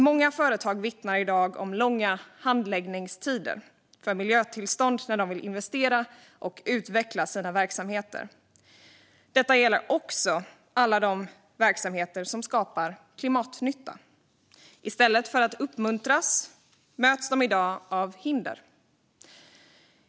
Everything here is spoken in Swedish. Många företag vittnar i dag om långa handläggningstider för miljötillstånd när de vill investera och utveckla sina verksamheter. Detta gäller också alla de verksamheter som skapar klimatnytta. I stället för att uppmuntras möter de i dag hinder.